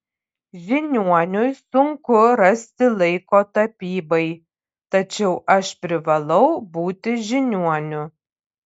žiniuoniui sunku rasti laiko tapybai tačiau aš privalau būti žiniuoniu